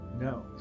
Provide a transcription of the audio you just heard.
no